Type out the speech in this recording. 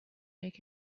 make